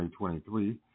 2023